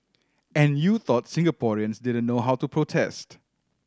and you thought Singaporeans didn't know how to protest